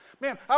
Man